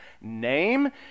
name